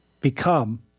become